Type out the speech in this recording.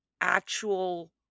actual